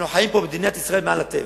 אנחנו חיים פה במדינת ישראל מעל הטבע.